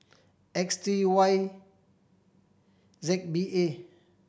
X three Y Z B A